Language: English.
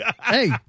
hey